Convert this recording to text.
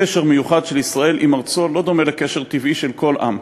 קשר מיוחד של ישראל עם ארצו לא דומה לקשר טבעי של כל עם.